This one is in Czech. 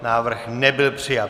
Návrh nebyl přijat.